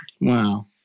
Wow